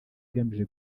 igamije